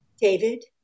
David